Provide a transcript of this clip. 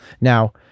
Now